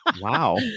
Wow